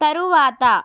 తరువాత